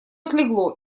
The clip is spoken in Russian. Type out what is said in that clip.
отлегло